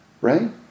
Right